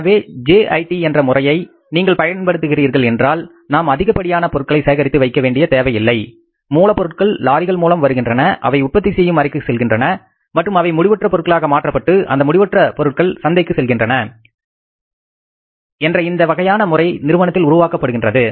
எனவே JIT என்ற முறையை நீங்கள் பயன்படுத்துகிறீர்கள் என்றால் நாம் அதிகப்படியான பொருட்களை சேகரித்து வைக்க வேண்டிய தேவையில்லை மூலப்பொருட்கள் லாரிகள் மூலம் வருகின்றன அவை உற்பத்தி செய்யும் அறைக்கு செல்கின்றன மற்றும் அவை முடிவற்ற பொருட்களாக மாற்றப்பட்டு அந்த முடிவற்ற பொருட்கள் சந்தைக்கு செல்கின்றன என்ற இந்த வகையான முறை நிறுவனத்தில் உருவாக்கப்படுகின்றது